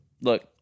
Look